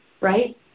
Right